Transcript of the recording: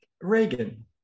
Reagan